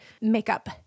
makeup